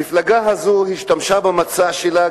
המפלגה הזו השתמשה במצע שלה,